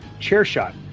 CHAIRSHOT